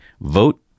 vote